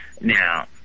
Now